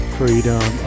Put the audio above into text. freedom